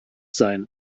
sein